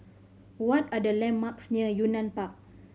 what are the landmarks near Yunnan Park